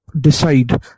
decide